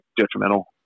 detrimental